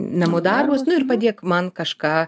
namų darbus ir padėk man kažką